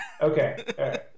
Okay